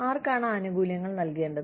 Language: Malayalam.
ആർക്കാണ് ആനുകൂല്യങ്ങൾ നൽകേണ്ടത്